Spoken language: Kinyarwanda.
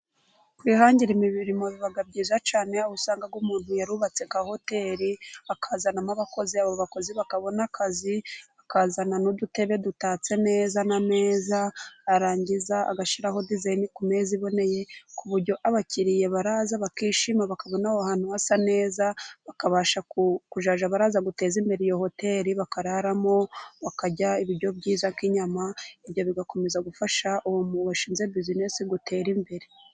Kwihangira imirimo biba byiza cyane, aho usanga umuntu yarubatse nka hoteri akazanamo abakozi, abo bakozi bakabona akazi, akazana n'udutebe dutatse neza n'amezaza, yarangiza agashiraho dizayini ku meza iboneye, ku buryo abakiriya baraza bakishima, bakabona aho ahantu hasa neza, bakabasha kuzajya baraza guteza imbere iyo hoteri, bakararamo bakarya ibiryo byiza nk'inyama. Ibyo bigakomeza gufasha uwo washinze bizinesi guterare imbere.